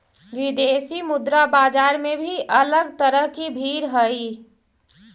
विदेशी मुद्रा बाजार में भी अलग तरह की भीड़ हई